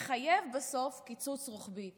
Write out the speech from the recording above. מחייב בסוף קיצוץ רוחבי,